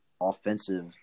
offensive